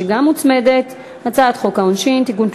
שגם היא מוצמדת: הצעת חוק העונשין (תיקון,